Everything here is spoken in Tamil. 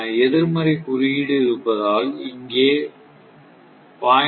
எதிர்மறை குறியீடு இருப்பதால் இங்கே 0